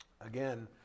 Again